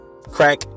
crack